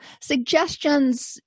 suggestions